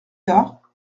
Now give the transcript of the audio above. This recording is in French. tard